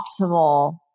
optimal